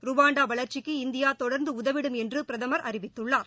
Rwanda வளர்ச்சிக்கு India தொடர்ந்து உதவிடும் என்று பிரதமர் அறிவித்துள்ளார்